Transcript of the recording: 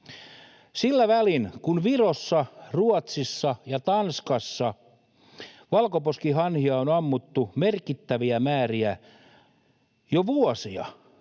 Sillä välin kun Virossa, Ruotsissa ja Tanskassa valkoposkihanhia on ammuttu merkittäviä määriä jo vuosia